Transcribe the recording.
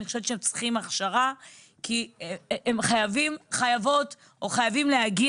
אני חושבת שהם צריכים הכשרה כי חייבות או חייבים להגיע